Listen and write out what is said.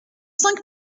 cinq